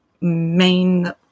main